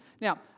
Now